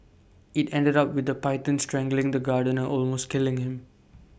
IT ended up with the python strangling the gardener are almost killing him